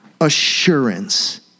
assurance